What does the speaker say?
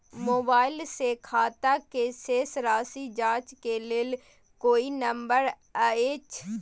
Mobile से खाता के शेस राशि जाँच के लेल कोई नंबर अएछ?